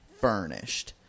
furnished